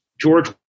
George